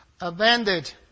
abandoned